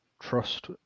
trust